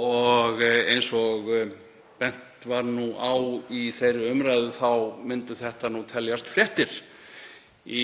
Eins og bent var á í þeirri umræðu myndu það teljast fréttir